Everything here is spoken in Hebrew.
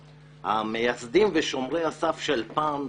שהמייסדים ושומרי הסף של פעם,